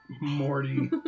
Morty